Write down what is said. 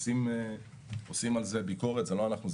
עושים על זה ביקורת זה לא אנחנו,